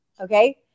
Okay